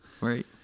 Right